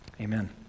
Amen